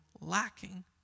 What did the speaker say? lacking